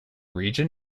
region